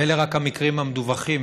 ואלה רק המקרים המדווחים,